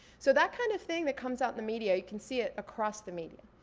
so that kind of thing that comes out in the media, you can see it across the media.